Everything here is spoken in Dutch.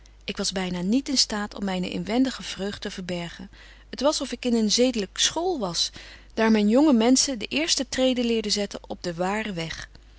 ik was byna niet in staat om myne inwendige vreugd te verbergen t was of ik in een zedelyk school was daar men jonge menschen de eerste treden leerde zetten op den waren weg